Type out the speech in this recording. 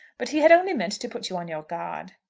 but he had only meant to put you on your guard.